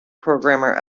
programmer